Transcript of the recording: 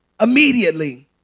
immediately